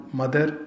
mother